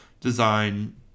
design